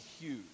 huge